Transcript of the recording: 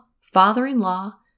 father-in-law